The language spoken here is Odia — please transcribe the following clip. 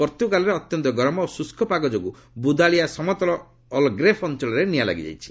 ପର୍ତ୍ତୁଗାଲ୍ରେ ଅତ୍ୟନ୍ତ ଗରମ ଓ ଶୁଷ୍କ ପାଗ ଯୋଗୁଁ ବୁଦାଳିଆ ସମତଳ ଆଲ୍ଗ୍ରେଭ୍ ଅଞ୍ଚଳରେ ନିଆଁ ଲାଗିଯାଇଛି